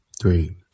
Three